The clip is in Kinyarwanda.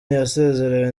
yasezerewe